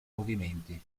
movimenti